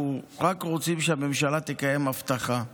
אנחנו רק רוצים שהממשלה תקיים הבטחה לבוחרים.